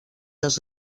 des